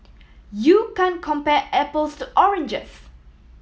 you can compare apples to oranges